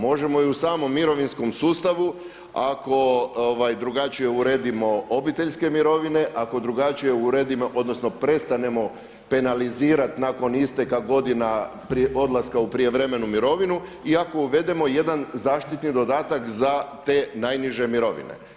Možemo i u samom mirovinskom sustavu ako drugačije uredimo obiteljske mirovine, ako drugačije uredimo, odnosno prestanemo penalizirati nakon isteka godina odlaska u prijevremenu mirovinu i ako uvedemo jedan zaštitni dodatak za te najniže mirovine.